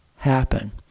happen